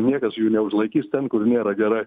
niekas jų neužlaikys ten kur nėra gerai